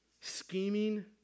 scheming